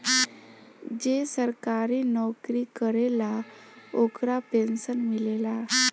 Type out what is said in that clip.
जे सरकारी नौकरी करेला ओकरा पेंशन मिलेला